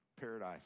paradise